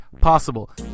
possible